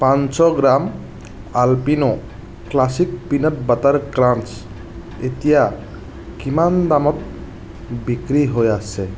পাঁনশ gram Alpino classic peanut butter crunch এতিয়া কিমান দামত বিক্ৰী হৈ আছে